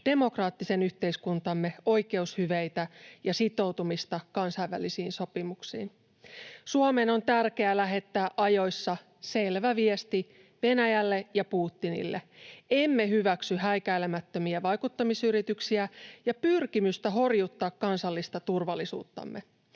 demokraattisen yhteiskuntamme oikeushyveitä ja sitoutumista kansainvälisiin sopimuksiin. Suomen on tärkeää lähettää ajoissa selvä viesti Venäjälle ja Putinille: emme hyväksy häikäilemättömiä vaikuttamisyrityksiä ja pyrkimystä horjuttaa kansallista turvallisuuttamme.